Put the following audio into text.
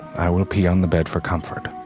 i will pee on the bed for comfort.